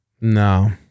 No